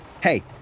Hey